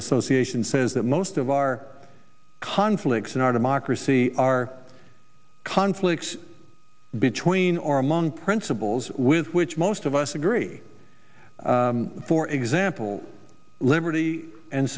association says that most of our conflicts in our democracy are conflicts between or among principles with which most of us agree for example liberty and